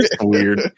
Weird